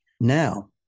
now